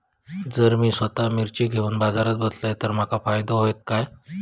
जर मी स्वतः मिर्ची घेवून बाजारात बसलय तर माका फायदो होयत काय?